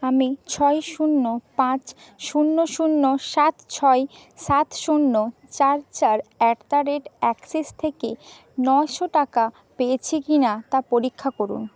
আমি ছয় শূন্য পাঁচ শূন্য শূন্য সাত ছয় সাত শূন্য চার চার অ্যাট দা রেট অ্যাক্সিস থেকে নয়শো টাকা পেয়েছি কিনা তা পরীক্ষা করুন